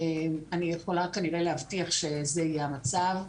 אני יכולה להבטיח כנראה להבטיח שזה יהיה המצב.